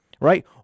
right